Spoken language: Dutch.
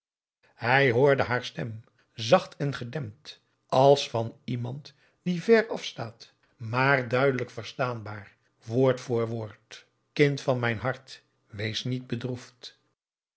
hij hoorde haar stem zacht en gedempt als van iemand die veraf staat maar duidelijk aum boe akar eel staanbaar woord voor woord kind van mijn hart wees niet bedroefd